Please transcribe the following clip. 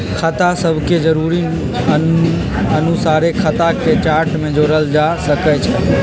खता सभके जरुरी अनुसारे खता के चार्ट में जोड़ल जा सकइ छै